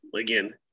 Again